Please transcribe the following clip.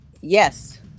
Yes